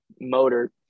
motor